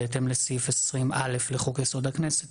בהתאם לסעיף 20א לחוק-יסוד הכנסת,